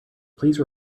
please